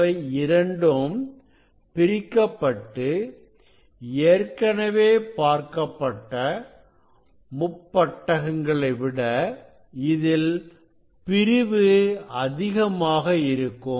அவை இரண்டும் பிரிக்கப்பட்டு ஏற்கனவே பார்க்கப்பட்ட முப்பட்டகங்களை விட இதில் பிரிவு அதிகமாக இருக்கும்